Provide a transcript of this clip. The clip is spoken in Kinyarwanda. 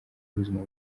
ubuzima